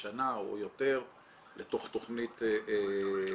לשנה או יותר לתוך תכנית טיפולית.